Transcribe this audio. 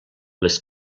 les